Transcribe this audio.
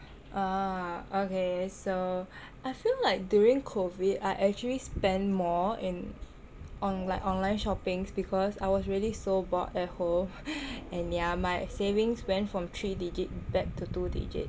ah okay so I feel like during COVID I actually spend more in on like online shopping because I was really so bored at home and ya my savings went from three digit back to two digit